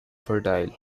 fertile